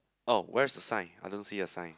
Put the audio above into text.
oh where's the sign I don't see a sign